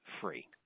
free